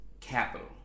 capital